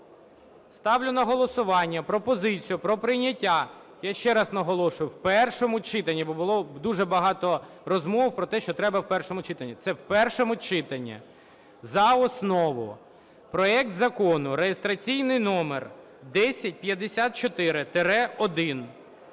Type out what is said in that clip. Ставлю на голосування пропозицію про прийняття, я ще раз наголошую, в першому читанні. Бо було дуже багато розмов про те, що треба в першому читанні. Це в першому читанні. За основу: проект Закону (реєстраційний номер 1054-1)